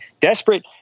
desperate